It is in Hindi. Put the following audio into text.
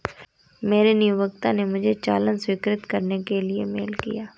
मेरे नियोक्ता ने मुझे चालान स्वीकृत करने के लिए मेल किया